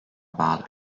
bağlı